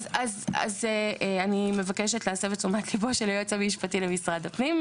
אז אני מבקשת להסב את תשובת ליבו של היועץ המשפטי למשרד הפנים.